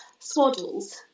swaddles